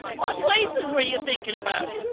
what places were you thinking about?